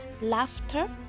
laughter